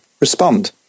respond